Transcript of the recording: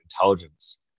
intelligence